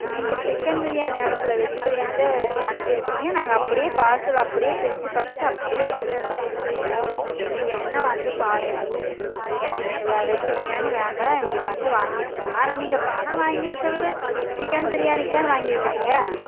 நீங்கள் சிக்கன் பிரியாணி அனுப்பல வெஜ்ஜி பிரியாணி தான் அனுப்பிருக்கிறிங்க நாங்கள் அப்டியே பார்சல் அப்படியே பிரித்து பார்த்துட்டு அப்படியே வச்சுருக்குறோம் நீங்கள் வேணுணா வந்து பாருங்க எங்களுக்கு இந்த வெஜ்ஜி பிரியாணி வேண்டாம் எங்களுக்கு வந்து வாங்கிட்டு போங்க ஆனால் நீங்கள் பணம் வாங்கிருக்கிறது சிக்கன் பிரியாணிக்கு தான் வாங்கிருக்கிறிங்க